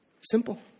Simple